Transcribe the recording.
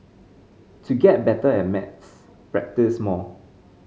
to get better at maths practise more